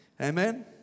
Amen